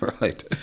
Right